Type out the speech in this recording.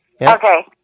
Okay